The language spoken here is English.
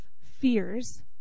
fears